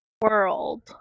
world